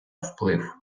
вплив